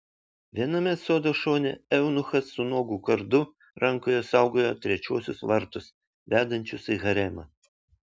viename sodo šone eunuchas su nuogu kardu rankoje saugojo trečiuosius vartus vedančius į haremą